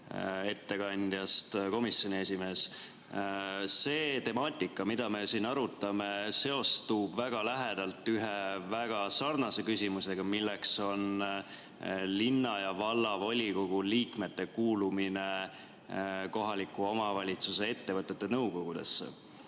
ettekandjast komisjoni esimees! See temaatika, mida me siin arutame, seostub väga lähedalt ühe väga sarnase küsimusega, nimelt linna- ja vallavolikogu liikmete kuulumine kohaliku omavalitsuse ettevõtete nõukogudesse.